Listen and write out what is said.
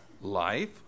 life